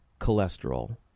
cholesterol